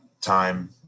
time